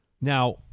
Now